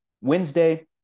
Wednesday